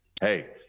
hey